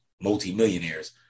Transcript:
multi-millionaires